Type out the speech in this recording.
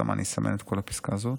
אני אסמן את כל הפסקה הזאת.